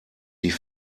die